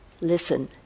listen